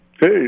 Hey